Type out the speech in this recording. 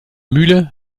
mühle